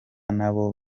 nabo